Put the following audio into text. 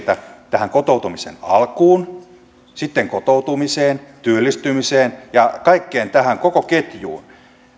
monenlaisia toimenpiteitä tähän kotoutumisen alkuun sitten kotoutumiseen työllistymiseen ja kaikkeen koko tähän ketjuun